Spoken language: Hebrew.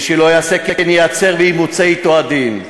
מי שלא יעשה כן ייעצר, וימוצה אתו הדין.